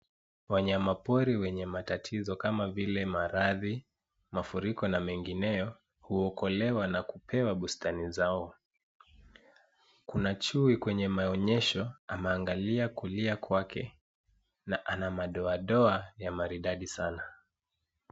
Wanyama pori wenye matatizo kama vile, maradhi, mafuriko, na mengineyo, huokolewa na kupewa bustani za ua. Kuna chui kwenye maonyesho, ameangalia kulia kwake, na ana madoadoa ya maridadi sana.